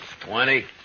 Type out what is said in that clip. Twenty